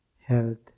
health